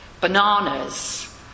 Bananas